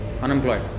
unemployed